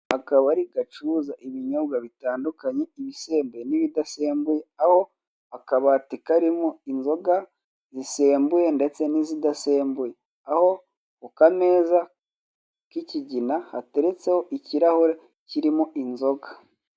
Akabari gacuruza ibinyobwa bitandukanye ibisembuye n'ibidasembuye aho akabati karimo inzoga zisembuye ndetse n'izidasembuye, aho kukameza k'icyigina hateretseho ikirahure kirimo inzoga.